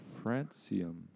francium